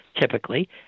typically